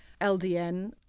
LDN